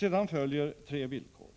Sedan följer tre villkor: